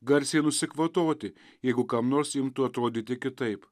garsiai nusikvatoti jeigu kam nors imtų atrodyti kitaip